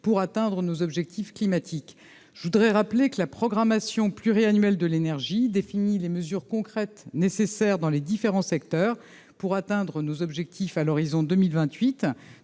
pour atteindre nos objectifs climatiques, je voudrais rappeler que la programmation pluriannuelle de l'énergie définies, les mesures concrètes nécessaires dans les différents secteurs pour atteindre nos objectifs à l'horizon 2028